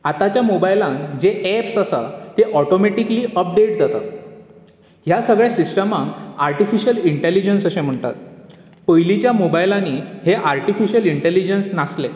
आतांच्या मोबायलांत जे एप्स आसा ते ऑटोमॅटिक्ली अपडेट जाता ह्या सगळ्या सिस्टमाक आर्टिफिशीयल इन्टॅलिजंस अशें म्हणटात पयलींच्या मोबायलांनीं हें आर्टिफिशीयल इन्टॅलिजंस नासलें